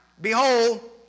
Behold